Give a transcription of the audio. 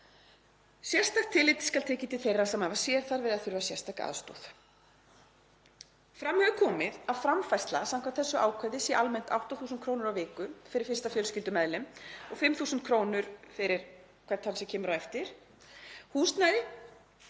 Sérstakt tillit skal tekið til þeirra sem hafa sérþarfir eða þurfa sérstaka aðstoð. Fram hefur komið að framfærsla samkvæmt þessu ákvæði er almennt 8.000 kr. á viku fyrir fyrsta fjölskyldumeðlim og 5.000 kr. fyrir hvern þann sem kemur á eftir, húsnæði,